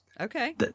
Okay